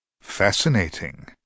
Fascinating